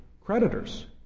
creditors